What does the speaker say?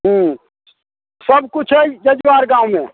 हूँ सभ किछु हय जजुआर गाँवमे